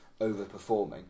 overperforming